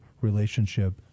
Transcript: relationship